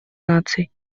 наций